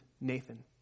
Nathan